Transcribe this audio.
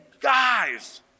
guys